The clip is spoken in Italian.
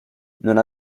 non